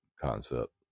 concept